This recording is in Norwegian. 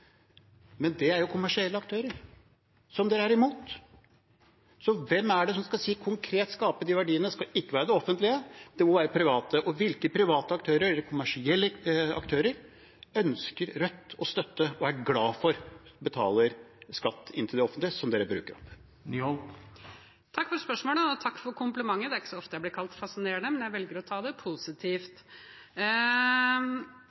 hvem er det konkret som skal skape de verdiene? Det skal ikke være det offentlige, det må være private, og hvilke private aktører, eller kommersielle aktører, ønsker Rødt å støtte – og er glad for betaler skatt inn til det offentlige, som dere bruker opp? Takk for spørsmålet, og takk for komplimentet. Det er ikke så ofte jeg blir kalt fascinerende, men jeg velger å ta det